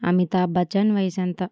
Amitabh Bachchan వయసెంత